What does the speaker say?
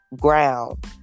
ground